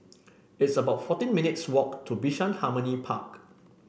it's about fourteen minutes' walk to Bishan Harmony Park